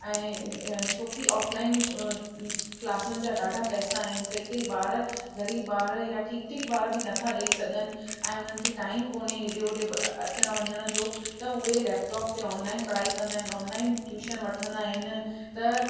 ऐं छोकी ऑफलाइन क्लासुनि जा ॾाढा पैसा आहिनि कई कई ॿार ग़रीब ॿार या ठीकु ठीकु ॿार बि नथा ॾेई सघनि ऐं उन्हनि खे टाइम कोन्हे हेॾे होॾे अचण वञण जो त उहे लैपटॉप ते ऑनलाइन पढ़ाई कंदा आहिनि ऑनलाइन बि ट्यूशन वठंदा आहिनि त